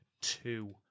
two